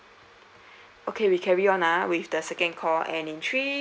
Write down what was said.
okay we carry on ah with the second call and in three